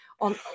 on